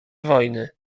wojny